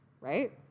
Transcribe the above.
right